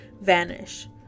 vanish